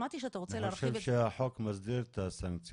שמעתי שאתה רוצה להרחיב --- אני חושב שהחוק מסדיר את הסנקציות,